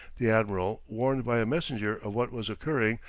the admiral, warned by a messenger of what was occurring,